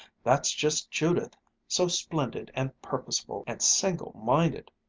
that's just judith so splendid and purposeful, and single-minded.